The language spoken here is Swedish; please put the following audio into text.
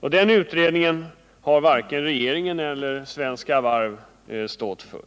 Den utredningen har varken regeringen eller Svenska Varv stått för.